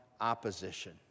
opposition